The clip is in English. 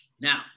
Now